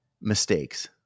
mistakes